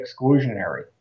exclusionary